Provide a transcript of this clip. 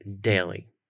daily